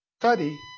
Study